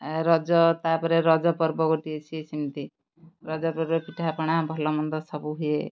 ରଜ ତା'ପରେ ରଜ ପର୍ବ ଗୋଟିଏ ସିଏ ସେମିତି ରଜପର୍ବରେ ପିଠାପଣା ଭଲମନ୍ଦ ସବୁ ହୁଏ